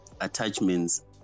attachments